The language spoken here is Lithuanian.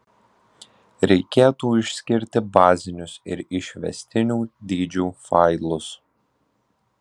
reikėtų išskirti bazinius ir išvestinių dydžių failus